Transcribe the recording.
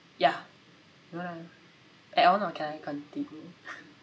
ya mm add on or can I continue